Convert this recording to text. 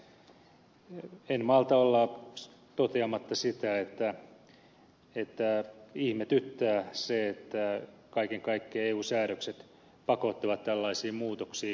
mutta en malta olla toteamatta että ihmetyttää miten kaiken kaikkiaan eun säädökset pakottavat tällaisiin muutoksiin